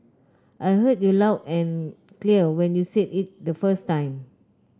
I heard you loud and clear when you said it the first time